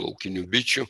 laukinių bičių